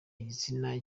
igitsina